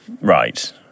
Right